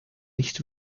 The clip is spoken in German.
nicht